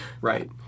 Right